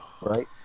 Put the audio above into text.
Right